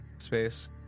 Space